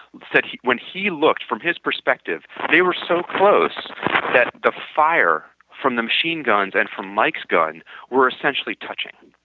said when he looked from his perspective, they were so close that the fire from the machine guns and from mike's gun where essentially touching.